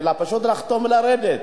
אלא פשוט לחתום ולרדת.